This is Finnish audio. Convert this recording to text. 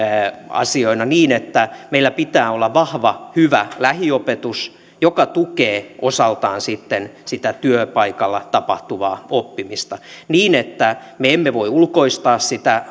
asioina niin että meillä pitää olla vahva hyvä lähiopetus joka tukee osaltaan sitä työpaikalla tapahtuvaa oppimista niin että me emme voi ulkoistaa